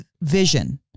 vision